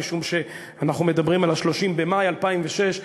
משום שאנחנו מדברים על 30 במאי 2006,